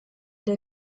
der